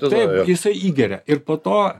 taip jisai įgeria ir po to